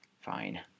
Fine